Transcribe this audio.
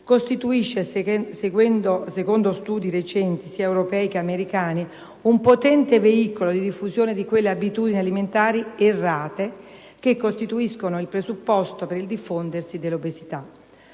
costituisce, secondo recenti studi sia europei che americani, un potente veicolo di diffusione di quelle abitudini alimentari errate che costituiscono il presupposto per il diffondersi dell'obesità.